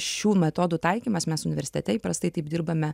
šių metodų taikymas mes universitete įprastai taip dirbame